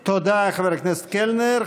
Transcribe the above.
תודה, חבר הכנסת קלנר.